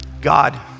God